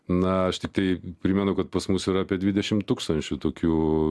na aš tiktai primenu kad pas mus yra apie dvidešim tūkstančių tokių